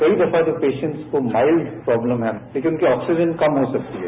कई दफा तो पेशेंट को माइल्ड प्रोब्लम है लेकिन उनकी ऑक्सीजन कम हो सकती है